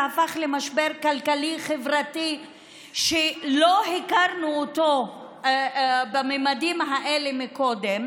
והפך למשבר כלכלי-חברתי שלא הכרנו בממדים האלה קודם.